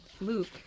Luke